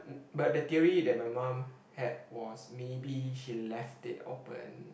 but the theory that my mom had was maybe he left it open